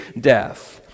death